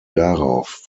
darauf